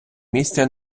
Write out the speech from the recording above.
місця